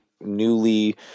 newly